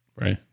Right